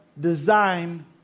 design